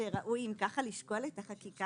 אם כך ראוי לשקול את החקיקה,